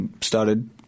started